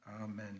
amen